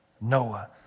Noah